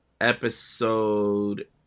episode